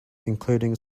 including